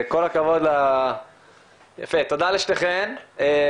אני מאוד מודה לכם שנתתם לנו את הבמה להשתתף בדיון חשוב מאוד כמו זה.